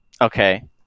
Okay